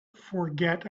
forget